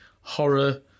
horror